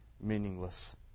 meaningless